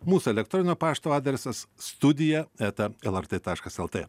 mūsų elektroninio pašto adresas studija eta lrt taškas lt